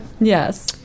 yes